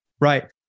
Right